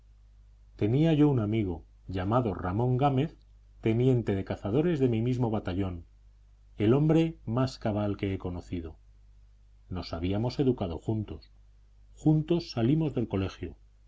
tenía yo un amigo llamado ramón gámez teniente de cazadores de mi mismo batallón el hombre más cabal que he conocido nos habíamos educado juntos juntos salimos del colegio